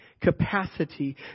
capacity